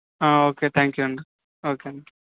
okay thank you అండి okay అండి